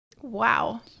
Wow